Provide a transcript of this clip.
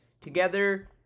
together